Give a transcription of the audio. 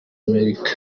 amerika